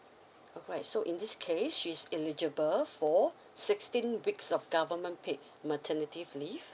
alright so in this case she's eligible for sixteen weeks of government paid maternity leave